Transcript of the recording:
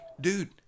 dude